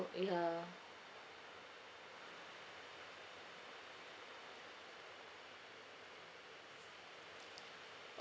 ya